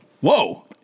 Whoa